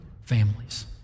families